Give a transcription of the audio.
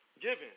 given